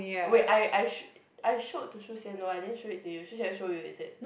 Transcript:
wait I I sh~ I showed to Shu-Xian no I didn't show it to you Shu-Xian show you is it